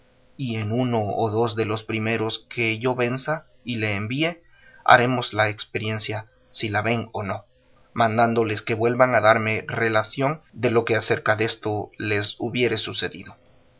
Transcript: y en uno o dos de los primeros que yo venza y le envíe haremos la experiencia si la ven o no mandándoles que vuelvan a darme relación de lo que acerca desto les hubiere sucedido